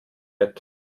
bett